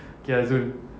K lah zul